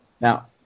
Now